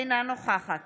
אינה נוכחת